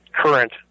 current